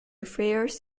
affairs